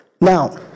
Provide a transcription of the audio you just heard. Now